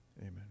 Amen